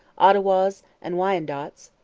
ottawas and wyandots,